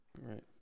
Right